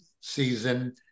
season